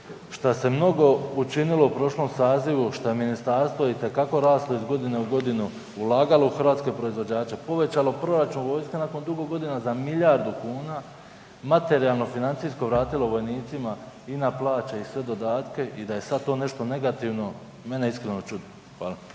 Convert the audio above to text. što se mnogo učinilo u prošlom sazivu što je ministarstvo itekako raslo iz godine u godinu, ulagalo u hrvatske proizvođače, povećalo vojske nakon dugo godina za milijardu kuna, materijalno, financijsko vratila vojnicima i na plaće i sve dodatke i da je sad t o nešto negativno, mene iskreno čudi. Hvala.